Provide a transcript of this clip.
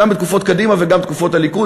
גם בתקופות קדימה וגם בתקופות הליכוד,